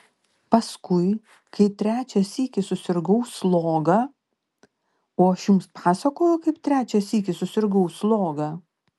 paskui kai trečią sykį susirgau sloga o aš jums pasakojau kaip trečią sykį susirgau sloga